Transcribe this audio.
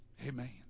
Amen